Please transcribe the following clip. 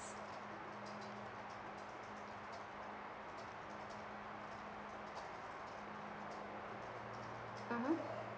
mmhmm